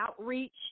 outreach